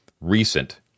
recent